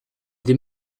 des